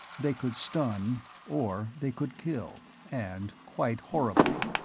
they could stun or they could kill, and quite horribly.